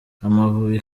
amavubi